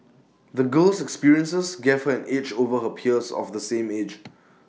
the girl's experiences gave her an edge over her peers of the same age